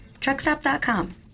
truckstop.com